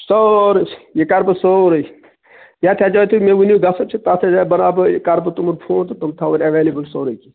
سورُے یہِ کَرٕ بہٕ سورُے یَتھ یَتھ جایہِ تُہۍ مےٚ ؤنِو گَژھُن چھ تَتھ تَتھ جایہِ بناو بہٕ کرٕ بہٕ تِمَن فون تہٕ تِم تھاوَن اٮ۪وَیلیبل سورُے کیٚنہہ